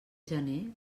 gener